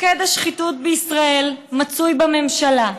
מוקד השחיתות בישראל מצוי בממשלה,